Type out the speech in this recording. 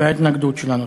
וההתנגדות שלנו.